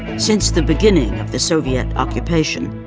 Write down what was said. since the beginning of the soviet occupation,